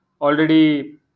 already